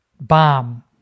bomb